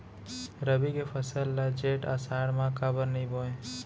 रबि के फसल ल जेठ आषाढ़ म काबर नही बोए?